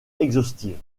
exhaustive